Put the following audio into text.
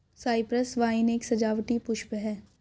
Cyprus vine एक सजावटी पुष्प है